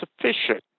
sufficient